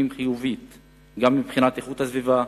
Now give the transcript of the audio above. השפעה חיובית גם מבחינת איכות הסביבה,